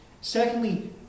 secondly